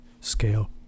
scale